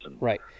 Right